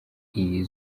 iri